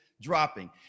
dropping